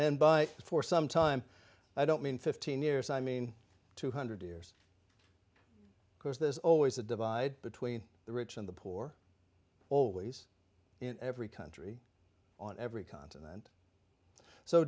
for some time i don't mean fifteen years i mean two hundred years because there's always a divide between the rich and the poor always in every country on every continent so